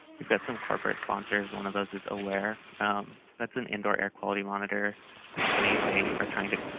we've got some corporate sponsors. one of those is aware that's an indoor air quality monitor company. they are trying to